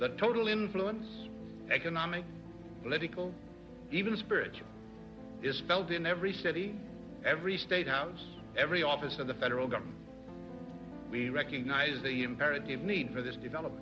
the total influence economic political even spiritual respect in every city every statehouse every office of the federal government we recognize the imperative need for this develop